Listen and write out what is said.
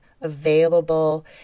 available